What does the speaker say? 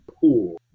pool